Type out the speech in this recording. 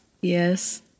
Yes